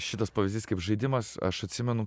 šitas pavyzdys kaip žaidimas aš atsimenu